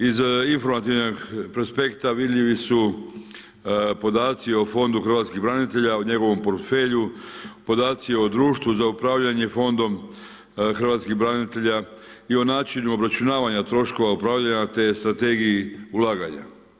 Iz informativnog prospekta vidljivi su podaci o Fondu hrvatskih branitelja, o njegovom portfelju, podaci o Društvu za upravljanje Fondom hrvatskih branitelja i o načinu obračunavanja troškova upravljanja, te Strategiji ulaganja.